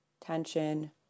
tension